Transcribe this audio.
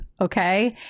Okay